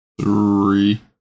three